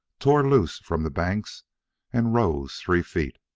tore loose from the banks and rose three feet.